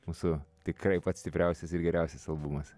mūsų tikrai pats stipriausias ir geriausias albumas